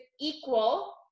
equal